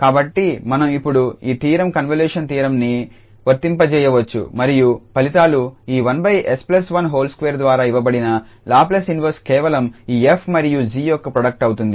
కాబట్టిమనం ఇప్పుడు ఈ థీరంకన్వల్యూషన్ థీరంన్ని వర్తింపచేయవచ్చు మరియు ఫలితాలు ఈ 1𝑠12 ద్వారా ఇవ్వబడిన లాప్లేస్ ఇన్వర్స్ కేవలం ఈ 𝑓 మరియు 𝑔 యొక్క ప్రోడక్ట్ అవుతుంది